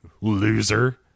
loser